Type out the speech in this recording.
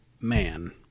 man